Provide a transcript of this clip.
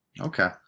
Okay